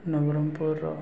ନବରଙ୍ଗପୁରର